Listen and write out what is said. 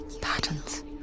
patterns